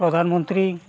Pradhan Mantri